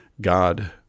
God